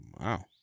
Wow